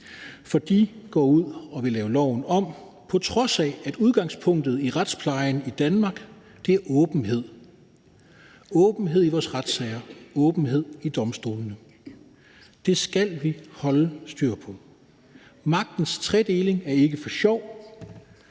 For de går ud og vil lave loven om, på trods af at udgangspunktet i retsplejen i Danmark er åbenhed – åbenhed i vores retssager og åbenhed i domstolene. Det skal vi holde styr på. Magtens tredeling er ikke for sjov,